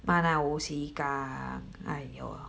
哎哟